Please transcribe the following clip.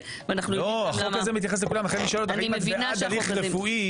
ואז זה לא רטרואקטיבי.